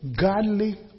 godly